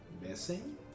missing